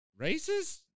Racist